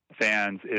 fans